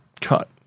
cut